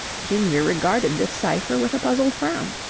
ginger regarded this cipher with a puzzled frown.